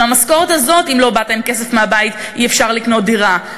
ואם במשכורת הזאת אם לא באת עם כסף מהבית אי-אפשר לקנות דירה,